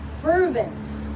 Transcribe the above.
fervent